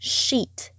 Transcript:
sheet